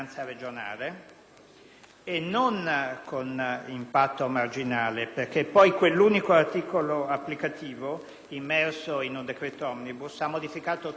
non ha un impatto marginale, perché poi quell'unico articolo applicativo, immerso in un decreto *omnibus*, ha modificato tutto il sistema,